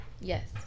Yes